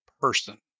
person